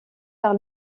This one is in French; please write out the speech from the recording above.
par